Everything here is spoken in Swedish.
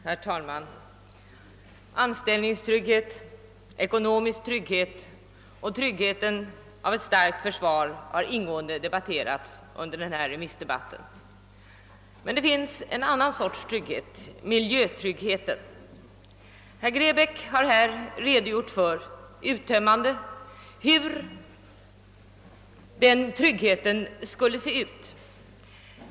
Herr talman! Anställningstrygghet, ekonomisk trygghet och tryggheten av ett starkt försvar har ingående debatterats under denna remissdebatt. Men det finns också en annan sorts trygghet: miljötryggheten. Herr Grebäck har här uttömmande redogjort för hur den tryggheten skulle se ut.